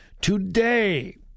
today